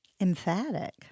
Emphatic